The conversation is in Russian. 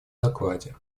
докладе